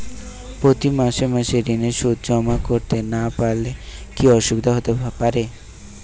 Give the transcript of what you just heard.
প্রতি মাসে মাসে ঋণের সুদ জমা করতে না পারলে কি অসুবিধা হতে পারে?